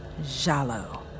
Jalo